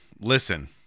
Listen